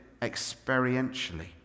experientially